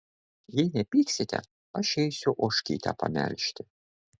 jei nepyksite aš eisiu ožkytę pamelžti